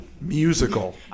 musical